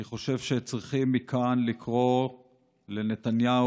אני חושב שצריכים מכאן לקרוא לנתניהו